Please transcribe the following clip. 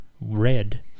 Red